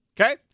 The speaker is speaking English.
Okay